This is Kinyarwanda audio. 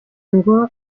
ngo